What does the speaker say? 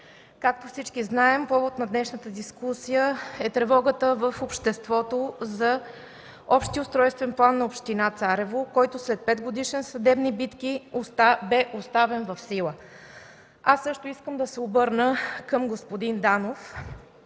Както всички знаем, повод за днешната дискусия е тревогата в обществото за Общия устройствен план на община Царево, който след петгодишни съдебни битки бе оставен в сила. Аз също искам да се обърна към господин Данов,